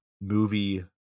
movie